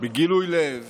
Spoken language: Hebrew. בגילוי לב